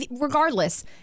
regardless